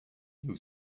you